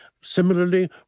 Similarly